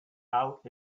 out